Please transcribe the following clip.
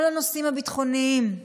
את כל הנושאים הביטחוניים,